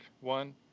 one